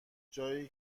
جایی